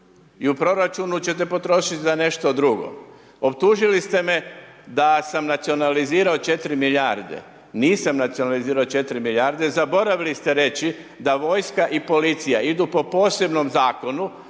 i u proračunu ćete potrošiti za nešto drugo. Optužili ste me da sam nacionalizirao 4 milijarde. Nisam nacionalizirao 4 milijarde. Zaboravili ste reći, da vojska i policija idu po posebnom zakonu